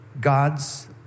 God's